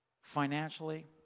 Financially